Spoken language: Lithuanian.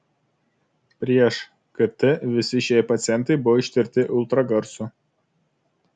prieš kt visi šie pacientai buvo ištirti ultragarsu